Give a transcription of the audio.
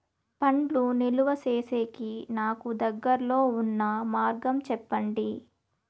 పండ్లు నిలువ సేసేకి నాకు దగ్గర్లో ఉన్న మార్గం చెప్పండి?